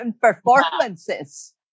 performances